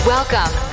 Welcome